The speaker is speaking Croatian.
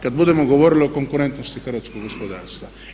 Kad budemo govorili o konkurentnosti hrvatskog gospodarstva.